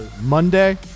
Monday